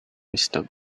wisdom